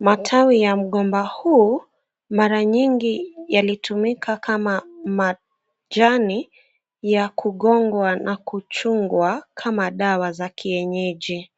Matawi ya mgomba huu mara nyingi yalitumika kama majani ya kugongwa na kuchungwa kama dawa za kienyeji.